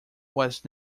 was